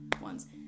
ones